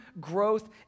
growth